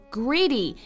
greedy